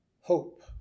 hope